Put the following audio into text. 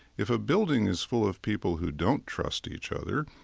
if a building is full of people who don't trust each other,